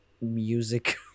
music